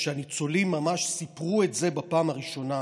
כשהניצולים ממש סיפרו את זה בפעם הראשונה,